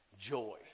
joy